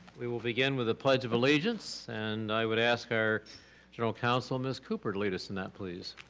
we will begin with the pledge of allegiance, and i would ask our general counsel, ms. cooper, to lead us in that please?